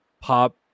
pop